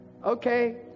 Okay